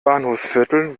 bahnhofsviertel